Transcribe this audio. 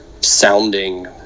sounding